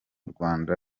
rwanda